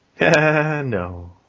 No